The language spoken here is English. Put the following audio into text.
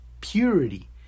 purity